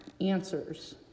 answers